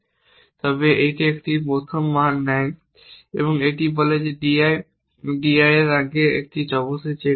তবে এটি একটি প্রথম মান নেয় এবং এটি বলে di di এর আগে এটি অবশ্যই চেক করতে হবে